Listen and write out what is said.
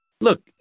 Look